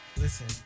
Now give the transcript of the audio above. listen